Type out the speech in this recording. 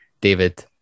David